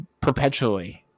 perpetually